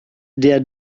der